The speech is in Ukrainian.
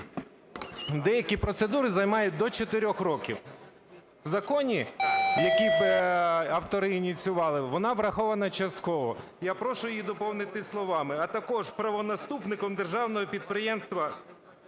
Деякі процедури займають до 4 років. В законі, який автори ініціювали, вона врахована частково. Я прошу її доповнити словами: "А також правонаступником Державного підприємства